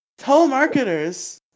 telemarketers